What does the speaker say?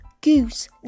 goose